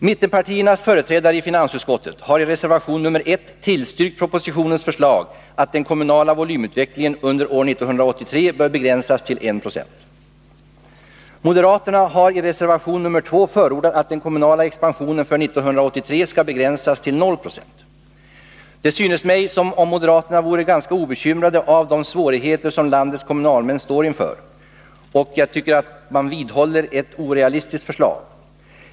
Mittenpartiernas företrädare i finansutskottet har i reservation nr 1 tillstyrkt propositionens förslag att den kommunala volymutvecklingen under 1983 bör begränsas till 1 90. Moderaterna har i reservation nr 2 förordat att den kommunala expansionen för 1983 skall begränsas till 0 76. Helt obekymrade om de svårigheter som landets kommunalmän står inför vidhåller de ett orealistiskt förslag.